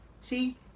See